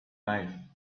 life